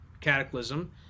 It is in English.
cataclysm